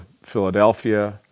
Philadelphia